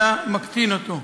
אלא מקטין אותו.